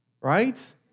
right